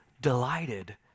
delighted